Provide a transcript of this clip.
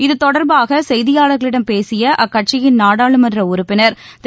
இது தொடர்பாக செய்தியாளர்களிடம் பேசிய அக்கட்சியின் நாடாளுமன்ற உறுப்பினர் திரு